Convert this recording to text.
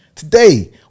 Today